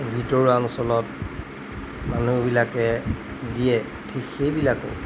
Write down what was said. ভিতৰুৱা অঞ্চলত মানুহবিলাকে দিয়ে ঠিক সেইবিলাকো